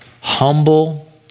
humble